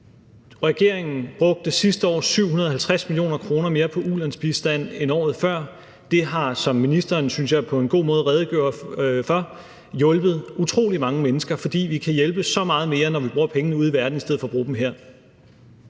Regeringen brugte sidste år 750 mio. kr. mere på ulandsbistand end året før. Det har, som ministeren, synes jeg, på en god måde redegjorde for, hjulpet utrolig mange mennesker, fordi vi kan hjælpe så meget mere, når vi bruger pengene ude i verden i stedet for at bruge dem her.